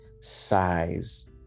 size